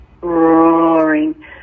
roaring